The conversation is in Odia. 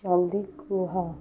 ଜଲ୍ଦି କୁହ